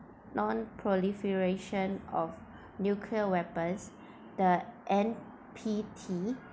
non proliferation of nuclear weapons the N P T